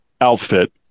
outfit